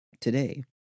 today